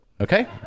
okay